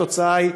התוצאה היא,